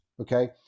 okay